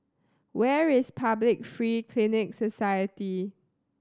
where is Public Free Clinic Society